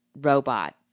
robot